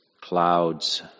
clouds